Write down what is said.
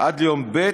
עד ליום ב'